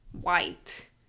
white